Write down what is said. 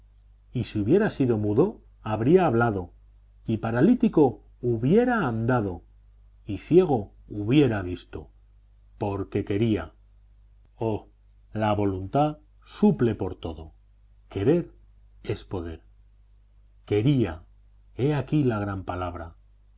y si hubiera sido mudo habría hablado y paralítico hubiera andado y ciego hubiera visto porque quería oh la voluntad suple por todo querer es poder quería he aquí la gran palabra